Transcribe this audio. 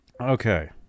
Okay